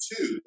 Two